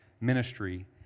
ministry